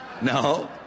No